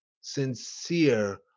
sincere